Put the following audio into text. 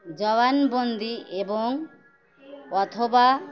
জবানবন্দি এবং অথবা